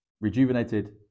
rejuvenated